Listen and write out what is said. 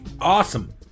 Awesome